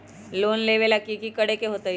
Loan लेबे ला की कि करे के होतई?